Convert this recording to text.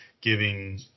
giving